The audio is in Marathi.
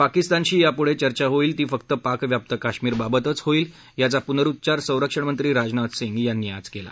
पाकिस्तानशी यापुढे चर्चा होईल ती फक्त पाकव्याप्त कश्मीरबाबतच होईल याचा पुनरुच्चार संरक्षण मंत्री राजनाथ सिंग यांनी आज केला